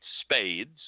spades